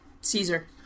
Caesar